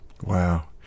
Wow